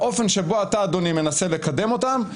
באופן שבו אתה אדוני מנסה לקדם אותם,